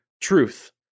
truth